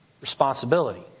Responsibility